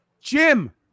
Jim